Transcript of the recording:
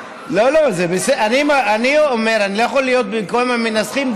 אני אומר שאני לא יכול להיות במקום המנסחים.